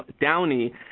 Downey